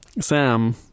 Sam